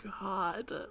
God